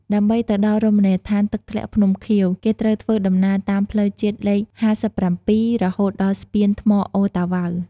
ដើម្បីទៅដល់រមណីយដ្ឋាន «ទឹកធ្លាក់ភ្នំខៀវ» គេត្រូវធ្វើដំណើរតាមផ្លូវជាតិលេខ៥៧ រហូតដល់ស្ពានថ្មអូរតាវ៉ៅ។